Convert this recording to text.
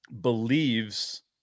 believes